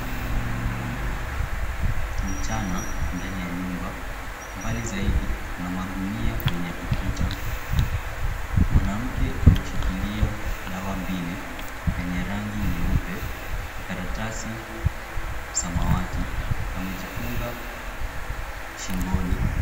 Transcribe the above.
Ni mchana ndani ya nyumba. Mbali zaidi kuna magunia kwenye ukuta, mwanamke ameshikilia dawa mbili yenye rangi nyeupe na karatasi samawati, amejifunga shingoni.